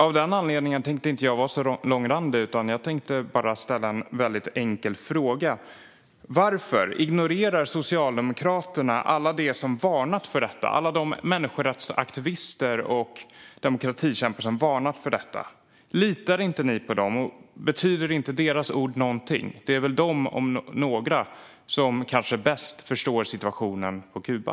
Av den anledningen tänkte jag inte vara så långrandig, utan jag tänkte bara ställa en enkel fråga: Varför ignorerar Socialdemokraterna alla människorättsaktivister och demokratikämpar som varnat för detta? Litar ni inte på dem? Betyder inte deras ord någonting? Det är väl de om några som bäst förstår situationen på Kuba.